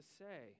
say